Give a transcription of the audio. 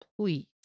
please